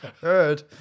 Heard